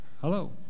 Hello